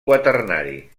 quaternari